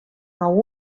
nou